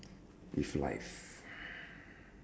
with life